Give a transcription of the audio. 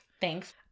Thanks